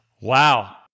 Wow